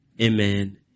Amen